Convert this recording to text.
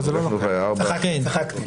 צחקתי.